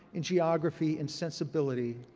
in geography and sensibility.